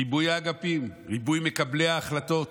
ריבוי האגפים, ריבוי מקבלי ההחלטות,